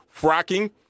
fracking